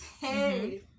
hey